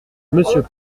monsieur